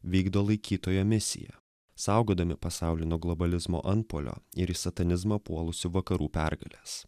vykdo laikytojo misiją saugodami pasaulį nuo globalizmo antpuolio ir į satanizmą puolusių vakarų pergales